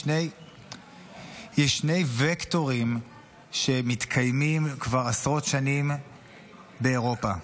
יש שני וקטורים שמתקיימים כבר עשרות שנים באירופה.